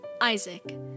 Isaac